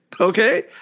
Okay